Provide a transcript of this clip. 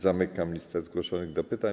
Zamykam listę zgłoszonych do pytań.